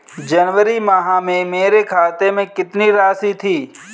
जनवरी माह में मेरे खाते में कितनी राशि थी?